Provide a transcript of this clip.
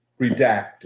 redacted